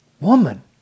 woman